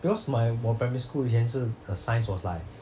because my 我 primary school 以前是 the science was like